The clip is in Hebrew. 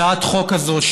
הצעת החוק הזאת,